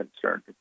concerned